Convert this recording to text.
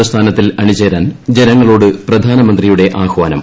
പ്രസ്ഥാനത്തിൽ അണി ചേരാൻ ജനുങ്ങളോട് പ്രധാനമന്ത്രിയുടെ ആഹ്വാനം